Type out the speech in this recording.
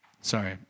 Sorry